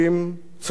פיקח,